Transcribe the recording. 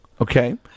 Okay